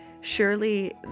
surely